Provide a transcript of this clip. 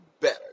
better